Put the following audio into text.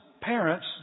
parents